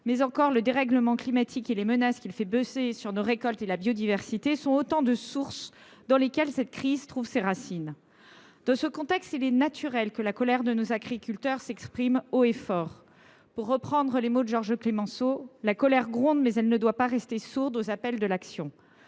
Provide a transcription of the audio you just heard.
ou encore le dérèglement climatique et les menaces qu’il fait peser sur nos récoltes et la biodiversité, sont autant de sources dans lesquelles cette crise trouve ses racines. Dans ce contexte, il est naturel que la colère de nos agriculteurs s’exprime haut et fort. Pour reprendre les mots de Georges Clemenceau, la colère gronde, mais elle ne doit pas rester sourde aux appels de l’action.